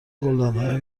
گلدانهای